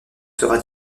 sera